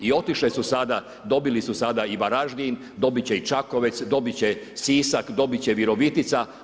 I otišle su sada, dobili su sada i Varaždin, dobiti će i Čakovec, dobiti će Sisak, dobiti će Virovitica.